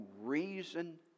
reason